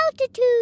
altitude